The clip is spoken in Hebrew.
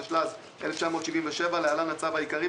התשל״ז - 1977- (להלן - הצו העיקרי),